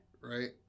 Right